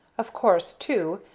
of course, too,